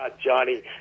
Johnny